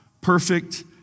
perfect